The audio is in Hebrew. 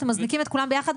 אתם מזניקים את כולם ביחד.